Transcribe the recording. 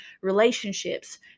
relationships